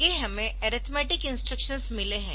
आगे हमें arithmetic instructions मिले है